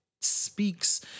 speaks